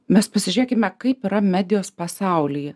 mes pasižiūrėkime kaip yra medijos pasauly